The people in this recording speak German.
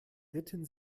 ritten